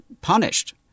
punished